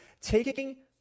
taking